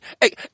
hey